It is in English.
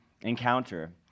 encounter